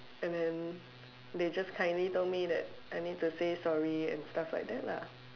and then they just kindly told me that I need to say sorry and stuff like that lah